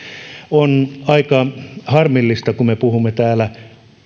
on aika harmillista kun me puhumme täällä